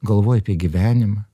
galvoja apie gyvenimą